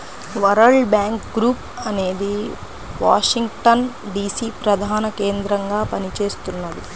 world Bank Group అనేది Washington DC ప్రధానకేంద్రంగా పనిచేస్తున్నది